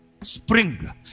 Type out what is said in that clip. Spring